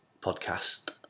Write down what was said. podcast